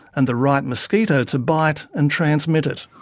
and the right mosquito to bite and transmit it.